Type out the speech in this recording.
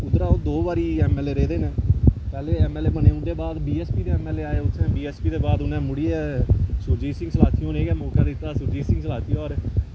उद्धरा ओह् दो बारी एम एल ए रेह्दे न पैह्ले एम एल ए बने उंदे बाद बीएसपी दे एम एम ए आए उत्थै बीएसपी दे बाद उ'नें मुड़ियै सुरजीत सिंह सलाथिया उनें गै मौका दित्ता सुरजीत सिंह सलाथिया होर